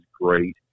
great